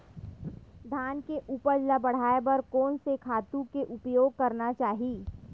धान के उपज ल बढ़ाये बर कोन से खातु के उपयोग करना चाही?